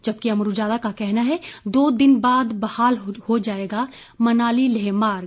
जबकि अमर उजाला का कहना है दो दिन बाद बहाल हो जाएगा मनाली लेह मार्ग